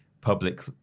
public